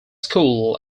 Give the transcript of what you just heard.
school